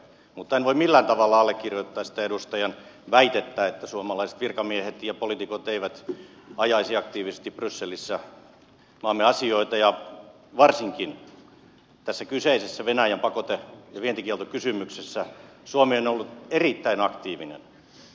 mutta en voi millään tavalla allekirjoittaa sitä edustajan väitettä että suomalaiset virkamiehet ja poliitikot eivät ajaisi aktiivisesti brysselissä maamme asioita ja varsinkin tässä kyseisessä venäjän pakote ja vientikieltokysymyksessä suomi on ollut erittäin aktiivinen